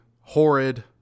horrid